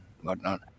whatnot